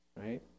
right